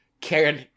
Karen